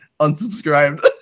Unsubscribed